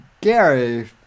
Gary